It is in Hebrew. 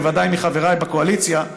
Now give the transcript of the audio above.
בוודאי מחבריי בקואליציה,